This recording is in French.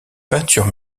peintures